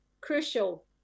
crucial